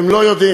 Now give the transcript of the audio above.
הם לא יודעים.